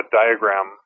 diagram